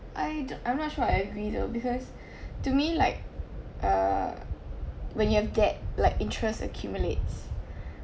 I do~ I'm not sure I agree though because to me like err when you have that like interest accumulates